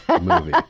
movie